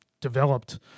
developed